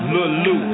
Lulu